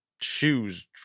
shoes